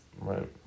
right